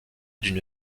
d’une